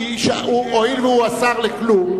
הואיל והוא השר לכלום,